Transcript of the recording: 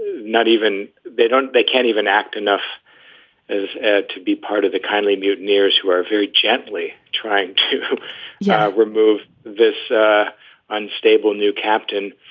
not even they don't they can't even act enough ah to be part of the kindly mutineers who are very gently trying to yeah remove this ah unstable new captain.